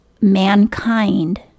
Mankind